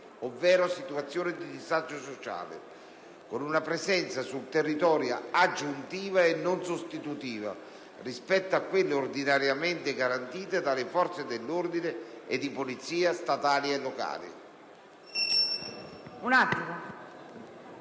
ovvero situazioni di disagio sociale con una presenza sul territorio aggiuntiva e non sostitutiva rispetto a quella ordinariamente garantita dalle forze dell'ordine e di polizia statali e locali.